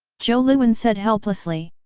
zhou liwen said helplessly.